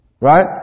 Right